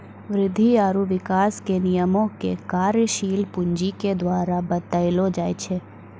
वृद्धि आरु विकास के नियमो के कार्यशील पूंजी के द्वारा बतैलो जाय छै